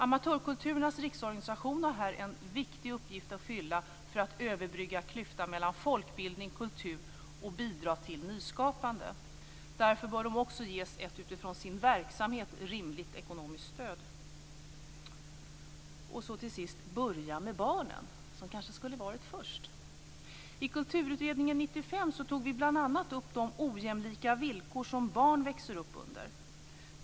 Amatörkulturens riksorganisation har en viktig uppgift att fylla för att överbrygga klyftan mellan folkbildning och kultur och bidra till nyskapande. Därför bör den också ges ett utifrån sin verksamhet rimligt ekonomiskt stöd. Till sist vill jag säga: Börja med barnen! Det skulle kanske ha sagts först. I kulturutredningen 1995 tog vi bl.a. upp de ojämlika villkor som barn växer upp under.